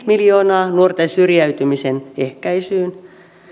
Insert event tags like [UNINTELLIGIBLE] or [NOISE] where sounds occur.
[UNINTELLIGIBLE] miljoonaa nuorten syrjäytymisen ehkäisyyn